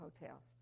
hotels